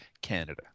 Canada